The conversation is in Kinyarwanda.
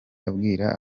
abwira